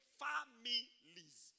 families